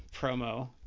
promo